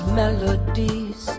melodies